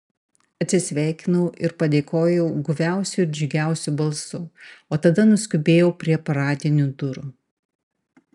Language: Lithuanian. atsisveikinau ir padėkojau guviausiu ir džiugiausiu balsu o tada nuskubėjau prie paradinių durų